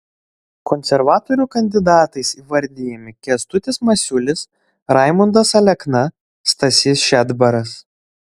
konservatorių kandidatais įvardijami kęstutis masiulis raimundas alekna stasys šedbaras